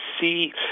see